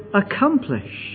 accomplish